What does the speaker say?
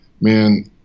Man